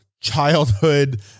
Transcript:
childhood